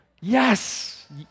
Yes